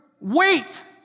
wait